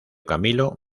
camilo